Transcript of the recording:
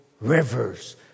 rivers